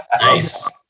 Nice